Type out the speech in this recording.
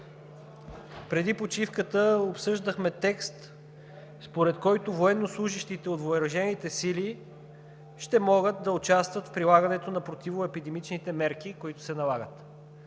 Преди почивката обсъждахме текст, според който военнослужещите от въоръжените сили ще могат да участват в прилагането на епидемичните мерки, които се налагат.